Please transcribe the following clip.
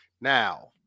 Now